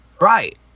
Right